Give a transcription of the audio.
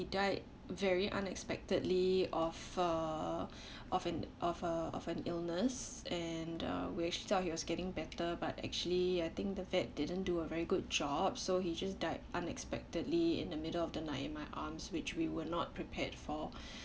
he died very unexpectedly of a of an of a of an illness and uh we actually thought he was getting better but actually I think the vet didn't do a very good job so he just died unexpectedly in the middle of the night in my arms which we were not prepared for